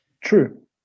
True